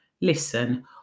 Listen